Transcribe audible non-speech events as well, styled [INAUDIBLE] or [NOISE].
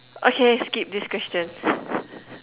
okay skip this question [LAUGHS]